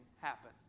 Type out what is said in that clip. happen